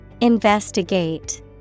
Investigate